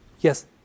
yes